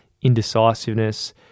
indecisiveness